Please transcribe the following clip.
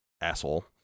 Asshole